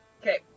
Okay